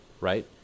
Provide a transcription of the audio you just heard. right